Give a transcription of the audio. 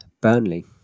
Burnley